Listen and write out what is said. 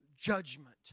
judgment